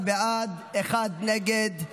16 בעד, אחד נגד.